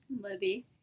Libby